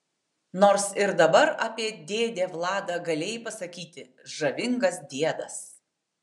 nors ir dabar apie dėdę vladą galėjai pasakyti žavingas diedas